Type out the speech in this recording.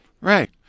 right